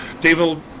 David